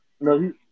no